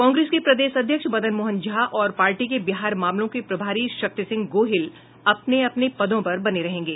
कांग्रेस के प्रदेश अध्यक्ष मदन मोहन झा और पार्टी के बिहार मामलों के प्रभारी शक्ति सिंह गोहिल अपने अपने पदों पर बने रहेंगे